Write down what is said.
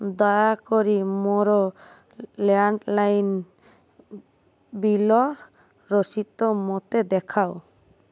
ଦୟାକରି ମୋର ଲ୍ୟାଣ୍ଡ୍ଲାଇନ୍ ବିଲର ରସିଦ ମୋତେ ଦେଖାଅ